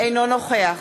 אינו נוכח